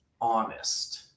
honest